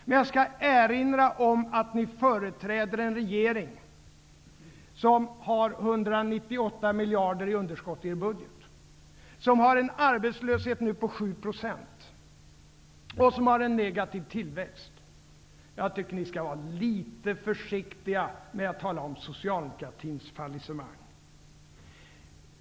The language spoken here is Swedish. Men jag skall erinra om att ni företräder en regering som har 198 miljarder i underskott i sin budget, en arbetslöshet på 7 % och en negativ tillväxt. Jag tycker att ni skall vara litet försiktiga med att tala om socialdemokratins fallisemang.